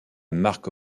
marque